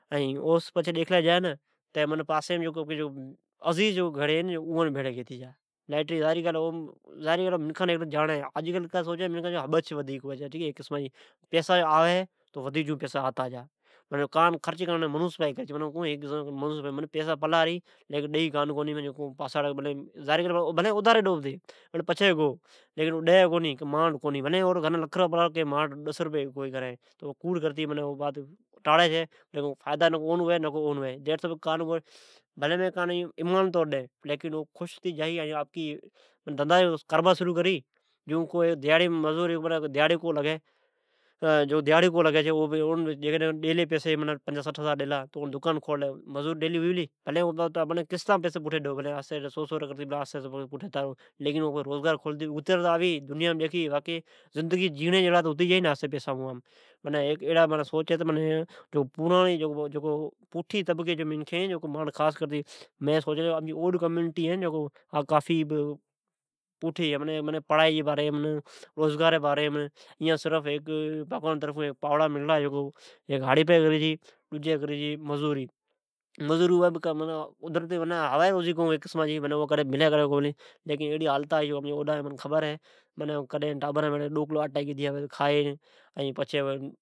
این اوس ڈیکھلی جا ں تہ معنی پاسیم آپکے جو عزیز بھیڑی گینی جا ۔ لائیٹری ظاھری گال ہے، منکھاں تو ھیک ڈن تو جاڑی ھے، اج کل میکھان ھبچھ ودئک ھوی چھے، خاص کرتی ھیکی قسماں جی کان تو انسان ۔کا ھی تو پیسہ آوی تو ودیک آتا جا پیسہ خرچ کری کونی منوس پائی کرے چھے۔ پر پئسی ڈئی کان کونی بھلے اوجی گھری بھلی لکھ رپیہ پلا ھوی، تو بی ڈی کان کونی کئی ماٹھ ھئی نہ۔ کئی کا مانجے گھرین ڈس رپیے کونی ھے۔ نکو اوجے کام ھوی نکو ڈجے جی۔ جیکڈھی ڈیلے پتے تو او خش ھتی جائی، کو دھیاڑا ھی نہ لاگے تو جیکڈھن اون پنجا سٹھ ھزار ڈیلا تو او آپکے دکان لگائی۔ بھلی تھوڑی تھوڑی کرتی پیسی ڈئو، بھلے سو، سو کرتے ڈی، اترتے تو جائی، معنی او خش تو ھتی، جائی دنیا مین زندگی گزاری جیڑا تو ھتی جائی ۔جکو ھا پرائیڑی سوچ ھے، اوا ختم کرتے جکو پوٹھ طبقی جی میکھن اوان اگتے گئتے آوئین ۔ مین سوچلے تو جکو اوڈ کمیونٹی ھے۔ ھا پوٹھے ھئ ۔ائین پڑائی جی باریم روزگاری جی باریم ۔ یان بگوان جی طرفون ھیک پاوڑا این مزدوری ڈنوڑی ھے مزدوری کڈھن لاگے تو کڈھن کونی ۔ مین مزدوری کرآوی تو ڈو کلو آٹی گیتی آوی اھڑا ھالت ھےکٹھے کونے